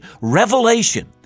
revelation